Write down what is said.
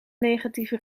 negatieve